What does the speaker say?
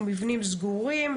מבנים סגורים,